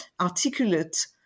articulate